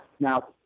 Now